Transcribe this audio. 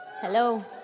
hello